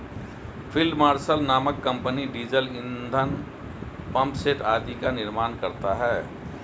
field Marshal नामक company diesel engine, pump set आदि का निर्माण करता है